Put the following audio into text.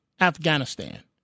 Afghanistan